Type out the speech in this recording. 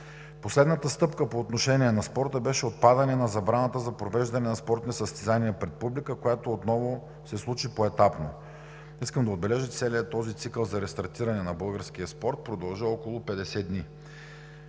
Последната стъпка по отношение на спорта беше отпадане на забраната за провеждане на спортни състезания пред публика, което отново се случи поетапно. Искам да отбележа, че целият този цикъл за рестартиране на българския спорт продължи около 50 дни.